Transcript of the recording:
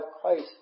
Christ